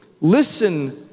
listen